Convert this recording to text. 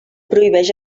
prohibeix